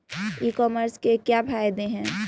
ई commerce के क्या फायदे हैं?